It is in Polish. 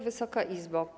Wysoka Izbo!